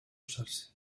usarse